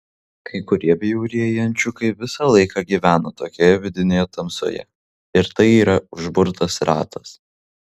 kai kurie bjaurieji ančiukai visą laiką gyvena tokioje vidinėje tamsoje ir tai yra užburtas ratas